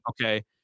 Okay